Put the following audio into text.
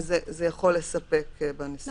-- אז זה יכול לספק בנסיבות האלה.